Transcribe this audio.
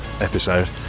episode